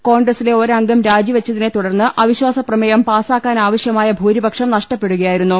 കോൺഗ്രസിലെ ഒരംഗം രാജി വെച്ചതിനെ തുടർന്ന് അവിശ്വാസ പ്രമേയം പാസ്സാക്കാനാവശ്യമായ ഭൂരിപക്ഷം നഷ്ടപ്പെടുകയാ യിരുന്നു